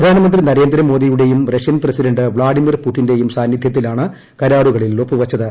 പ്രധാനമന്ത്രി നരേന്ദ്ര മോദിയുടേയും Russian president Vladimir പുടിന്റേയും സാന്നിധൃത്തിലാണ് കരാറുകളിൽ ഒപ്പുവച്ചത്